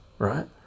Right